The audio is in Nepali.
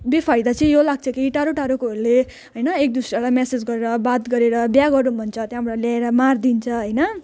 बेफाइदा चाहिँ यो लाग्छ कि टाढो टाढोकोहरूले होइन एकदोस्रोलाई मेसेज गरेर बात गरेर बिहा गरौँ भन्छ त्यहाँबाट ल्याएर मारिदिन्छ होइन